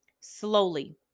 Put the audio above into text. Slowly